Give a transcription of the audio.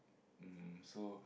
mm so